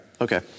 Okay